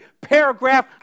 paragraph